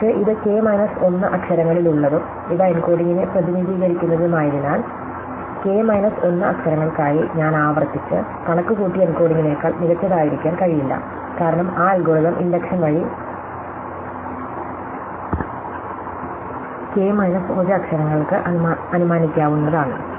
പക്ഷേ ഇത് k minus 1 അക്ഷരങ്ങളിലുള്ളതും ഇവ എൻകോഡിംഗിനെ പ്രതിനിധീകരിക്കുന്നതുമായതിനാൽ കെ മൈനസ് 1 അക്ഷരങ്ങൾക്കായി ഞാൻ ആവർത്തിച്ച് കണക്കുകൂട്ടിയ എൻകോഡിംഗിനേക്കാൾ മികച്ചതായിരിക്കാൻ കഴിയില്ല കാരണം ആ അൽഗോരിതം ഇൻഡക്ഷൻ വഴി k മൈനസ് 1 അക്ഷരങ്ങൾ ആണ്